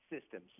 systems